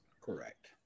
correct